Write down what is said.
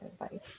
advice